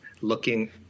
looking